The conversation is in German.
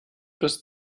bis